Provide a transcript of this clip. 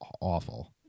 awful